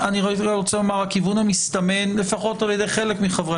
הכיוון המסתמן לפחות על-ידי חלק מחברי